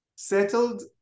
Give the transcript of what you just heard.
settled